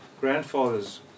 grandfathers